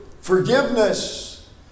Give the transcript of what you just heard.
Forgiveness